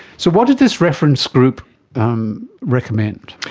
so what did this reference group um recommend?